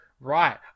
right